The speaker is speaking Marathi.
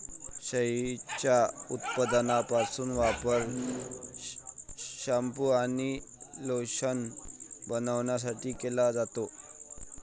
शेळीच्या उपउत्पादनांचा वापर शॅम्पू आणि लोशन बनवण्यासाठी केला जातो